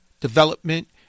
development